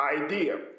idea